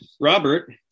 Robert